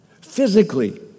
Physically